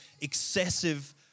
excessive